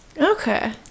Okay